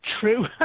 true